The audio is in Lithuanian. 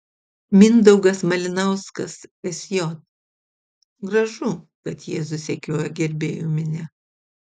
mindaugas malinauskas sj gražu kad jėzų sekioja gerbėjų minia